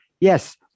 Yes